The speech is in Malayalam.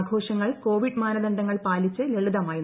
ആഘോഷങ്ങൾ കോവിഡ് മാനദണ്ഡങ്ങൾ പാലിച്ച് ലളിതമായി നടക്കും